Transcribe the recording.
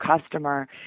customer